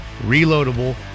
reloadable